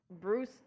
Bruce